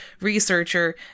researcher